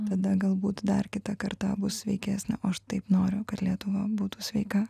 tada galbūt dar kita karta bus sveikesnė o aš taip noriu kad lietuva būtų sveika